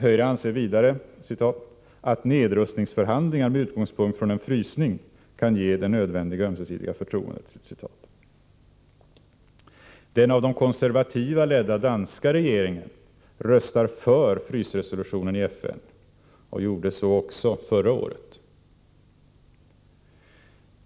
Höyre anser vidare ”att nedrustningsförhandlingar med utgångspunkt från en frysning kan ge det nödvändiga ömsesidiga förtroendet”. Den av de konservativa ledda danska regeringen röstar för frysresolutionen i FN och gjorde så också förra året.